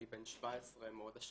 אני בן 17 בהוד השרון,